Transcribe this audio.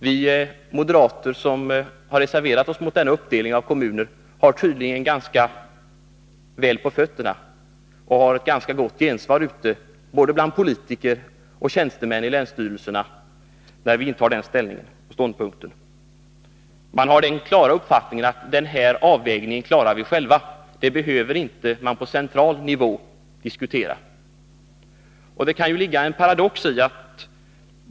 Vi moderater som reserverat oss mot denna uppdelning av kommuner har tydligen ganska väl på fötterna och ett ganska gott gensvar ute bland politiker och tjänstemän i länsstyrelserna när vi intar denna ståndpunkt. Vi har den uppfattningen att den här avvägningen klarar vi själva. Det behöver man inte diskutera på central nivå. Det kan ju ligga en paradox i det.